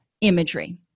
imagery